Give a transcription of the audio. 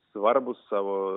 svarbūs savo